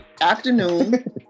afternoon